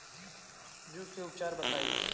जूं के उपचार बताई?